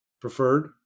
preferred